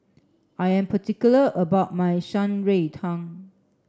I am particular about my Shan Rui Tang